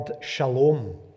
shalom